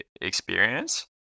experience